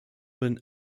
been